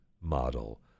model